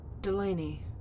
Delaney